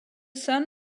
son